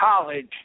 college